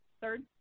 Third